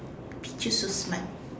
Pichu so smart